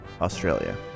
Australia